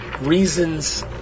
reasons